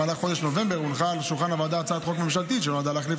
במהלך חודש נובמבר הונחה על שולחן הוועדה הצעת חוק ממשלתית שנועדה להחליף